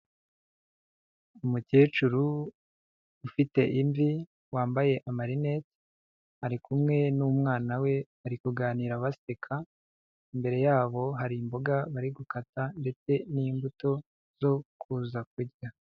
Umukecuru ufite imvi, wambaye amarinete, ari kumwe n'umwana we bari kuganira baseka, imbere yabo hari imboga bari gukata ndetse n'imbuto zo kuza kurya.